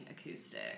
acoustic